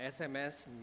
SMS